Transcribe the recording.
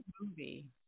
movie